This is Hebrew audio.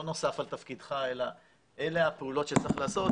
נוסף על תפקידך אלא הם הפעולות שצריך לעשות,